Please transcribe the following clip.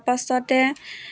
পাছতে